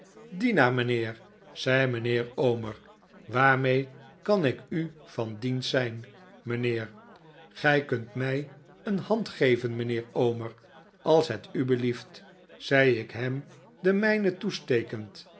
mijnheer zei mijnheer omer waarmee kan ik u van dienst zijn mijnheer gij kunt mij een hand geven mijnheer omer als het u belieft zei ik hem de mijne toestekend